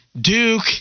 Duke